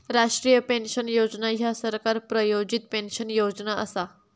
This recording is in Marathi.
राष्ट्रीय पेन्शन योजना ह्या सरकार प्रायोजित पेन्शन योजना असा